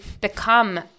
become